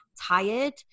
tired